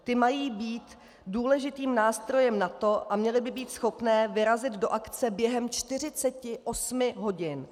Ty mají být důležitým nástrojem NATO a měly by být schopné vyrazit do akce během 48 hodin.